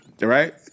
right